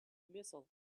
missile